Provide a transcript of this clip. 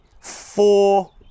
four